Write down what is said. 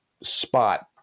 spot